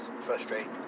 frustrating